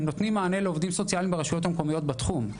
נותנים מענה לעובדים סוציאליים ברשויות המקומיות בתחום.